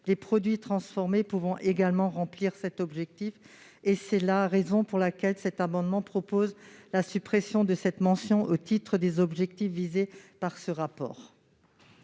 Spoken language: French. les produits transformés pouvant également convenir. C'est la raison pour laquelle nous proposons la suppression de cette mention au titre des objectifs visés par ce rapport.